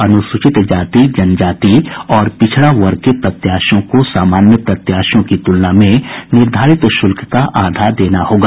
अनुसूचित जाति जनजाति और पिछड़ा वर्ग के प्रत्याशियों को सामान्य प्रत्याशियों की तुलना में निर्धारित शुल्क का आधा देना होगा